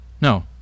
no